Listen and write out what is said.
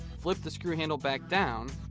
flip the screw handle back down,